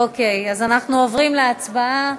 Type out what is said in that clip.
אוקיי, אז אנחנו עוברים להצבעה.